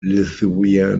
lithuania